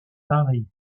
paris